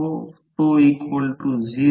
5 ही min length आहे म्हणजे मिन हाईट 8